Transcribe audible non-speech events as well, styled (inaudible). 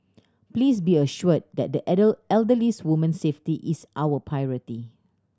please be assured that the (unintelligible) elderly woman's safety is our priority